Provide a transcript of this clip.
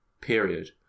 period